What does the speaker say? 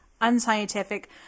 unscientific